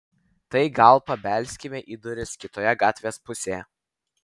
tai gal pabelskime į duris kitoje gatvės pusėje